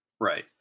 Right